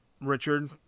Richard